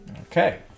okay